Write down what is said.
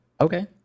Okay